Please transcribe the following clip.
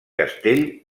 castell